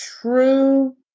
true